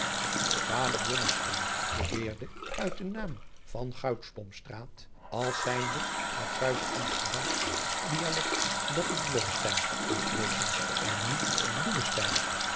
blommesteyn beweerde uit den naam van goudsblomstraat als zijnde het zuiver amsterdamsch dialekt dat het blommesteyn moest wezen en niet